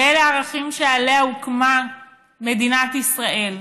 ואלה הערכים שעליהם הוקמה מדינת ישראל.